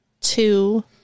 two